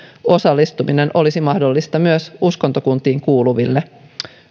osallistuminen olisi mahdollista myös uskontokuntiin kuuluville